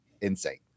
insane